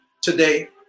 today